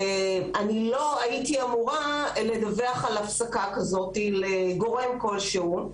אני לא הייתי אמורה לדווח על הפסקה כזאת לגורם כל שהוא,